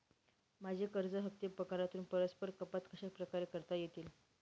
माझे कर्ज हफ्ते पगारातून परस्पर कपात कशाप्रकारे करता येतील?